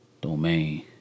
domain